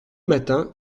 matins